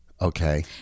Okay